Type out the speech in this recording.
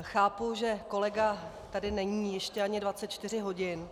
Chápu, že kolega tady není ještě ani 24 hodin.